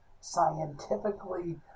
Scientifically